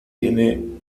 tiene